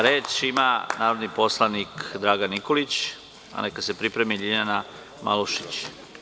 Reč ima narodni poslanik Dragan Nikolić, a neka se pripremi Ljiljana Malušić.